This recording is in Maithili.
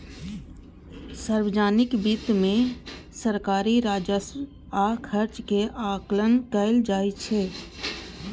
सार्वजनिक वित्त मे सरकारी राजस्व आ खर्च के आकलन कैल जाइ छै